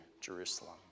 Jerusalem